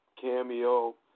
Cameo